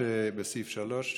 בסעיף 3,